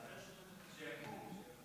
שיקום, שיקום.